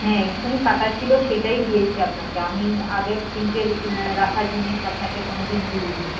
হ্যাঁ এক্ষুনি কাটা ছিলো সেটাই দিয়েছি আপনাকে আমি আগের ফ্রিজে রাখা জিনিস আপনাকে কোনো দিন দিই নি